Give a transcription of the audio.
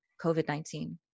COVID-19